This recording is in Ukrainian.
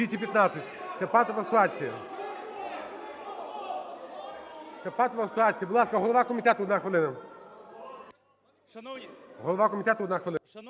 Це патова ситуація. Будь ласка, голова комітету, одна хвилина.